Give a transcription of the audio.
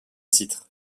titre